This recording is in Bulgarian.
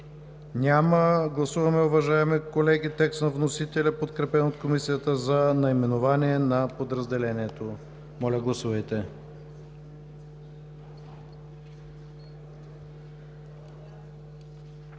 Няма. Гласуваме, уважаеми колеги, текст на вносителя, подкрепен от Комисията, за наименование на подразделението. Гласували